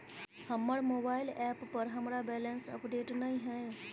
हमर mobile app पर हमरा बैलेंस अपडेट नय हय